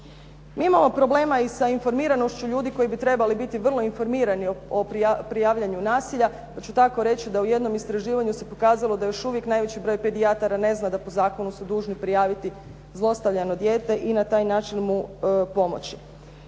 Mi imamo problema i sa informiranošću ljudi koji bi trebali biti vrlo informirani o prijavljivanju nasilja, pa ću tako reći da u jednom istraživanju se pokazalo da još uvijek najveći broj pedijatara ne zna da po zakonu su dužni prijaviti zlostavljano dijete i na taj način mu pomoći.